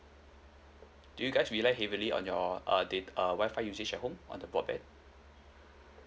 do you guys relay heavily on your uh da~ uh Wi-Fi usage home on the broadband